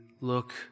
look